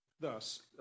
Thus